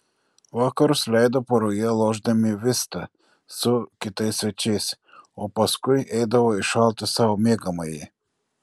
vakarus leido poroje lošdami vistą su kitais svečiais o paskui eidavo į šaltą savo miegamąjį